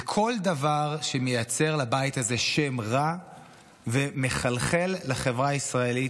כל דבר שמייצר לבית הזה שם רע ומחלחל לחברה הישראלית,